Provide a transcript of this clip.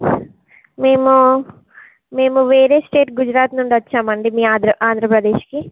మేము మేము వేరే స్టేట్ గుజరాత్ నుండి వచ్చాం అండి మీ ఆంధ్ర ఆంధ్రప్రదేశ్కి